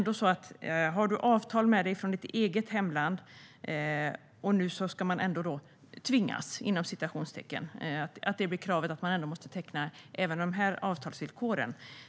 Den som har avtal med sig från sitt eget hemland måste nu även teckna avtal med dessa villkor.